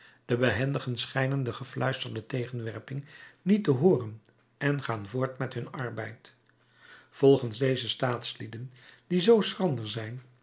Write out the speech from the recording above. de behendigen schijnen de gefluisterde tegenwerping niet te hooren en gaan voort met hun arbeid volgens deze staatslieden die zoo schrander zijn